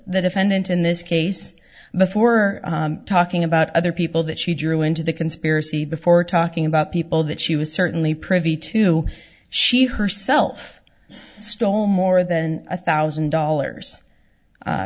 the defendant in this case before or talking about other people that she drew into the conspiracy before talking about people that she was certainly privy to she herself stole more than a thousand dollars